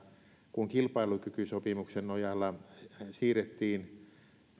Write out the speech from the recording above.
kun kilpailukykysopimuksen nojalla siirrettiin näitä eläke ja